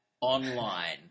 online